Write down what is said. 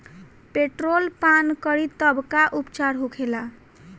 Petrol पान करी तब का उपचार होखेला?